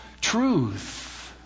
truth